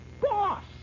Boss